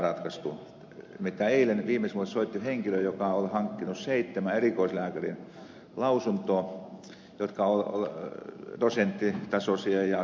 nimittäin eilen viimeksi minulle soitti henkilö joka on hankkinut lausunnot seitsemältä erikoislääkäriltä jotka ovat dosenttitasoisia ja tohtoreita